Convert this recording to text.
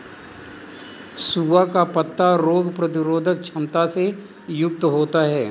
सोआ का पत्ता रोग प्रतिरोधक क्षमता से युक्त होता है